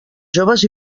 joves